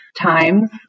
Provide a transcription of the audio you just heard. times